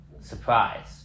surprise